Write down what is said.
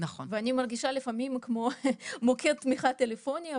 אני מרגישה לפעמים כמו מוקד תמיכה טלפוני,